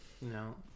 No